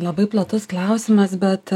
labai platus klausimas bet